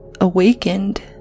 awakened